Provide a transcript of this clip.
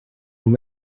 vous